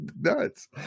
nuts